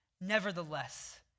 nevertheless